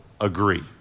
agree